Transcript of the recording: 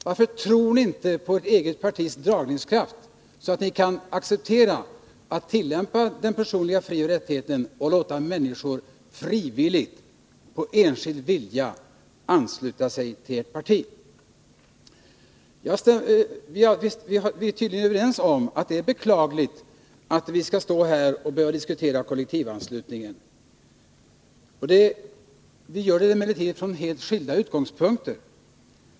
Varför tror ni inte på ert eget partis dragningskraft, så att ni kan tillämpa principen om de personliga frioch rättigheterna och låta människor av fri vilja ansluta sig till ert parti? Vi är tydligen överens om att det är beklagligt att vi återigen skall behöva diskutera kollektivanslutningen. Vi beklagar det emellertid från helt skilda utgångspunkter.